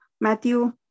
Matthew